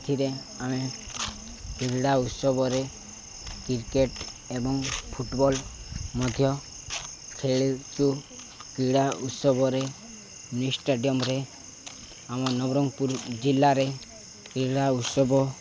ଏଥିରେ ଆମେ କ୍ରୀଡ଼ା ଉତ୍ସବରେ କ୍ରିକେଟ୍ ଏବଂ ଫୁଟବଲ୍ ମଧ୍ୟ ଖେଳିଚୁ କ୍ରୀଡ଼ା ଉତ୍ସବରେ ମିନି ଷ୍ଟାଡ଼ିୟମ୍ରେ ଆମ ନବରଙ୍ଗପୁର ଜିଲ୍ଲାରେ କ୍ରୀଡ଼ା ଉତ୍ସବ